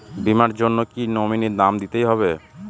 বীমার জন্য কি নমিনীর নাম দিতেই হবে?